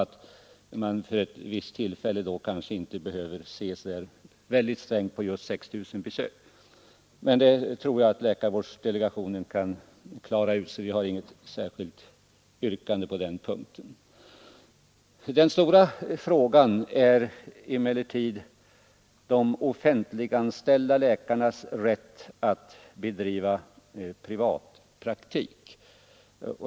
Vid ett sådant tillfälle bör man alltså inte se så strängt på denna siffra. Men det tror jag att läkarvårdsdelegationen kan klara ut, så vi har inget yrkande på den punkten. Den stora frågan är emellertid de offentliganställda läkarnas rätt att bedriva privatpraktik.